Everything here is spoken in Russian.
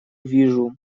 вижу